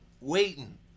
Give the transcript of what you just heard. waiting